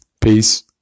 Peace